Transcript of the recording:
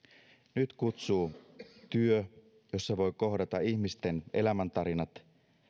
nyt kutsuu työ jossa voi kohdata ihmisten elämäntarinat